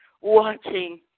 watching